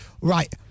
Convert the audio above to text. Right